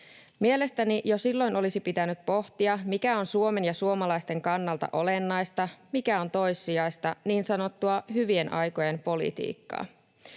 Mielestäni jo silloin olisi pitänyt pohtia, mikä on Suomen ja suomalaisten kannalta olennaista, mikä on toissijaista, niin sanottua hyvien aikojen politiikkaa.